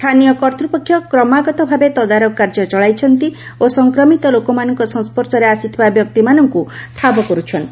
ସ୍ଥାନୀୟ କର୍ତ୍ତପକ୍ଷ କ୍ରମାଗତ ଭାବେ ତଦାରଖ କାର୍ଯ୍ୟ ଚଳାଇଛନ୍ତି ଓ ସଂକ୍ରମିତ ଲୋକମାନଙ୍କ ସଂସ୍କର୍ଶରେ ଆସିଥିବା ବ୍ୟକ୍ତିମାନଙ୍କୁ ଠାବ କରୁଛନ୍ତି